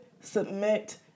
submit